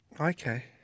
Okay